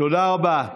תודה רבה.